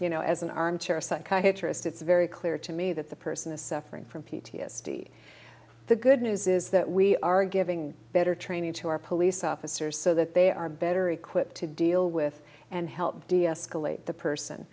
you know as an armchair psychiatry is it's very clear to me that the person is suffering from p t s d the good news is that we are giving better training to our police officers so that they are better equipped to deal with and help deescalate the person